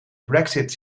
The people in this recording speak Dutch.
brexit